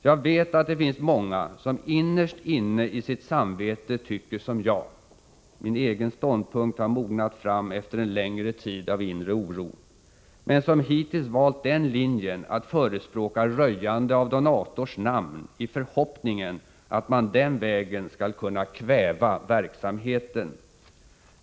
Jag vet att det finns många som innerst inne i sitt samvete tycker som jag — min egen ståndpunkt har mognat fram efter en längre tid av inre oro — men som hittills valt den linjen att förespråka röjande av donators namn i förhoppningen att man den vägen skall kunna kväva verksamheten.